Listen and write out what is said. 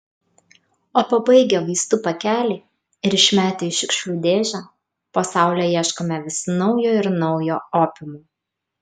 o pabaigę vaistų pakelį ir išmetę į šiukšlių dėžę po saule ieškome vis naujo ir naujo opiumo